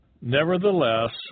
Nevertheless